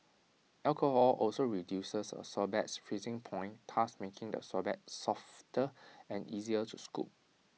alcohol also reduces A sorbet's freezing point thus making the sorbet softer and easier to scoop